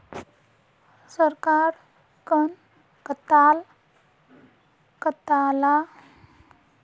सरकार कं कताला चीज बनावार पर रोक लगइं दिया छे